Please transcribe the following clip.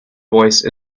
voice